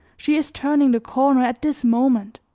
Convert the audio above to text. she is turning the corner at this moment,